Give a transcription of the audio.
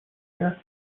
here